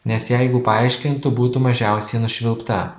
nes jeigu paaiškintų būtų mažiausiai nušvilpta